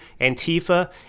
Antifa